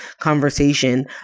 conversation